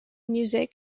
music